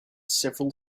several